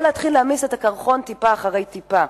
בוא נתחיל להמיס את הקרחון טיפה אחרי טיפה.